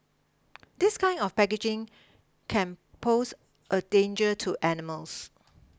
this kind of packaging can pose a danger to animals